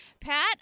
Pat